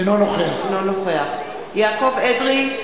אינו נוכח יעקב אדרי,